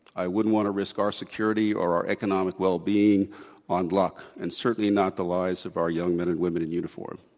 i wouldn't want to risk our security or our economic well-being on luck, and certainly not the lives of our young men and women in uniform.